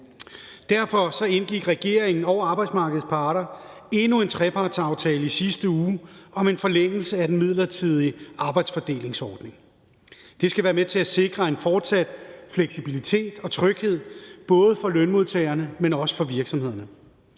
Derfor indgik regeringen og arbejdsmarkedets parter endnu en trepartsaftale i sidste uge om en forlængelse af den midlertidige arbejdsfordelingsordning. Det skal være med til at sikre en fortsat fleksibilitet og tryghed, både for lønmodtagerne, men også for virksomhederne.